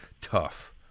tough